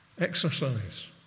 exercise